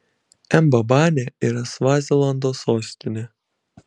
mbabanė yra svazilando sostinė